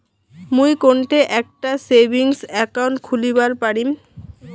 মুই কোনঠে একটা সেভিংস অ্যাকাউন্ট খুলিবার পারিম?